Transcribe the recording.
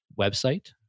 website